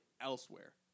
elsewhere